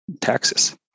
taxes